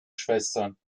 schwestern